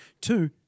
Two